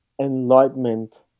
Enlightenment